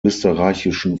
österreichischen